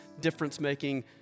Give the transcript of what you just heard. difference-making